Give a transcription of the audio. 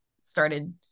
started